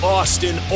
Austin